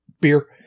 beer